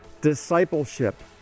discipleship